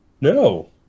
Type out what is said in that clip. no